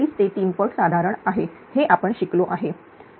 5 ते 3 पट साधारण आहे हे आपण शिकलो आहे